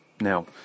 Now